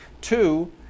two